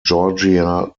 georgia